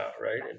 right